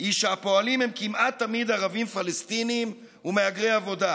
היא שהפועלים הם כמעט תמיד ערבים פלסטינים ומהגרי עבודה,